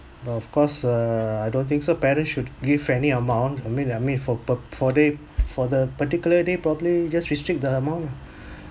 but of course uh I don't think so parents should give any amount I mean I mean for per for the for the particularly probably just restrict the amount lah